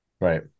Right